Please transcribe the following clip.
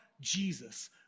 jesus